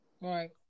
right